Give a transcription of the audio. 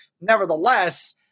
nevertheless